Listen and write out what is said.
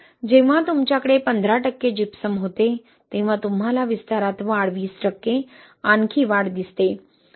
जेव्हा तुमच्याकडे 15 टक्के जिप्सम होते तेव्हा तुम्हाला विस्तारात वाढ 20 टक्के आणखी वाढ दिसते